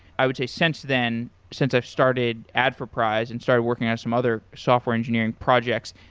i would say, since then, since i started adforprize and started working on some other software engineering projects,